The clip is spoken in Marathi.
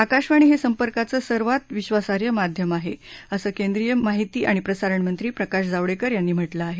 आकाशवाणी हे संपर्काचं सर्वात विधासार्ह माध्यम आहे असं केंद्रीय माहिती आणि प्रसारणमंत्री प्रकाश जावडेकर यांनी म्हा कें आहे